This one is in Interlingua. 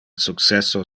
successo